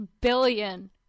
billion